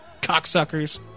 Cocksuckers